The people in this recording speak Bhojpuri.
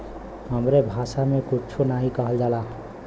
हमरे भासा मे कुच्छो नाहीं कहल जाला